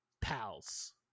pals